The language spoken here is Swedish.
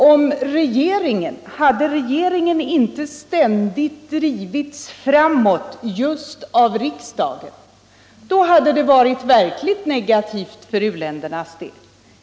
Om regeringen inte ständigt hade drivits framåt just av riksdagen, hade det varit verkligt negativt för u-ländernas del.